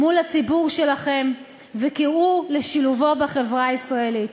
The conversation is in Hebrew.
מול הציבור שלכם וקראו לשילובו בחברה הישראלית.